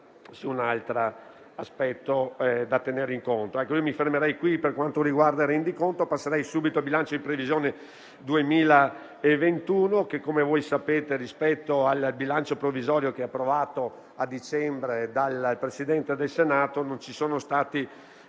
Mi fermo qui per quanto riguarda il Rendiconto e passo al bilancio di previsione 2021 che, come sapete, rispetto al bilancio provvisorio approvato a dicembre dal Presidente del Senato non presenta